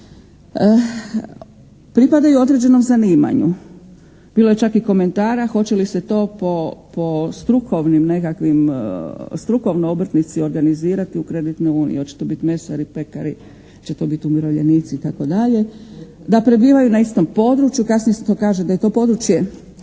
Pripadaju određenom zanimanju. Bilo je čak i komentara hoće li se to po strukovnim nekakvim, strukovno obrtnici organizirati u kreditnoj uniji hoće to biti mesari, pekari, hoće to biti umirovljenici itd. da prebivaju na istom području. Kasnije se to kaže da je to područje